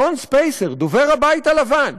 שון ספייסר, דובר הבית הלבן,